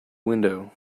window